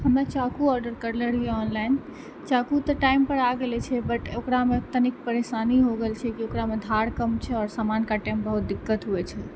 हम चाकू ऑडर करले रहिए ऑनलाइन चाकू तऽ टाइमपर आ गेलै छै बट ओकरामे तनिक परेशानी हो गेल छै की ओकरामे धार कम छै आओर सामान काटैमे बहुत दिक्कत होइ छै